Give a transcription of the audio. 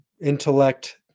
intellect